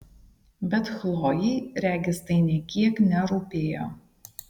bet chlojei regis tai nė kiek nerūpėjo